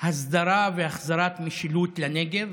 הסדרה והחזרת משילות לנגב.